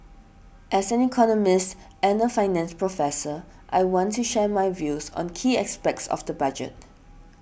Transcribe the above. as an economist and a finance professor I want to share my views on key aspects of the budget